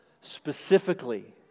specifically